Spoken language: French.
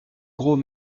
gros